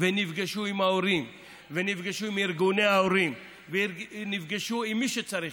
ונפגשנו עם ההורים ונפגשנו עם ארגוני ההורים ועם מי שצריך,